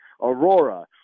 aurora